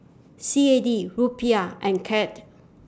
C A D Rupiah and Kyat